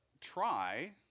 try